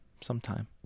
sometime